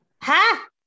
Ha